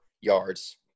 yards